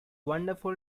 wonderful